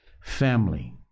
family